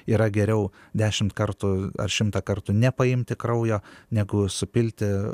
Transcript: yra geriau dešimt kartų ar šimtą kartų nepaimti kraujo negu supilti